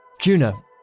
Juno